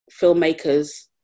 filmmakers